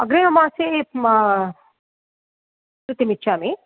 अग्रिममासे म कृतिमिच्छामी